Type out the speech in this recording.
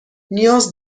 نیاز